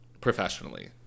professionally